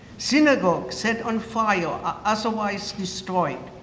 synagogues set on fire or otherwise destroyed.